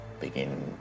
begin